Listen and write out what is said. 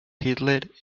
hitler